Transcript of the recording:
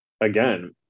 again